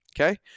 okay